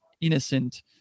innocent